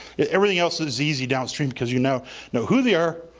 everything else is easy, downstream cause you now know who they are,